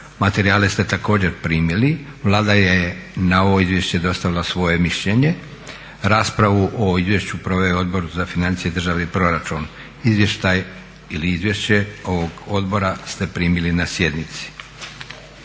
Materijale ste također primili. Vlada je na ovo izvješće dostavila svoje mišljenje. Raspravu o izvješću proveo je Odbor za financije i državni proračun. Izvještaj ili izvješće ovog odbora ste primili na sjednici.